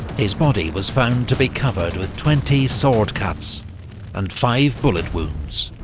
his body was found to be covered with twenty sword cuts and five bullet wounds.